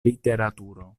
literaturo